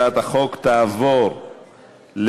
התשע"ו 2016,